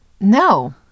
No